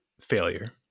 failure